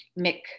Mick